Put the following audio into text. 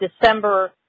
December